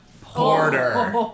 Porter